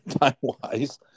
time-wise